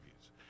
views